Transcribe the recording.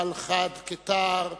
אבל חד כתער,